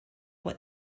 what